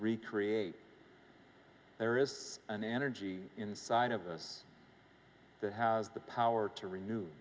recreate there is an energy inside of that has the power to re